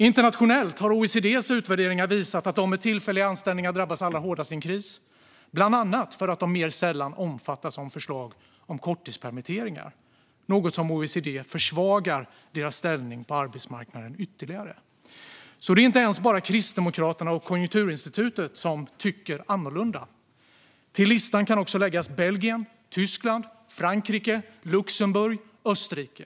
Internationellt har OECD:s utvärderingar visat att de med tillfälliga anställningar drabbas hårdast i en kris, bland annat för att de mer sällan omfattas av förslag om korttidspermitteringar. Det försvagar enligt OECD deras ställning på arbetsmarknaden ytterligare. Det är alltså inte ens bara Kristdemokraterna och Konjunkturinstitutet som så att säga tycker annorlunda. Till listan kan läggas Belgien, Tyskland, Frankrike, Luxemburg och Österrike.